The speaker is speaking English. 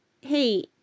Hey